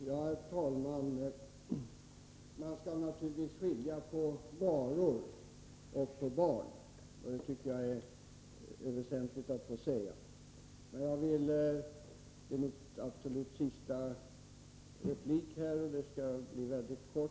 Herr talman! Man skall naturligtvis skilja på varor och barn, det tycker jag är väsentligt att få säga. Detta är min absolut sista replik, och den skall bli mycket kort.